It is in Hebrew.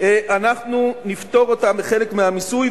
אנחנו נפטור אותן מחלק מהמיסוי,